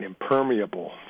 impermeable